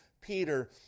peter